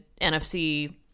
NFC